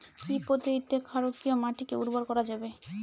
কি পদ্ধতিতে ক্ষারকীয় মাটিকে উর্বর করা যাবে?